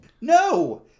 No